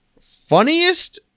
Funniest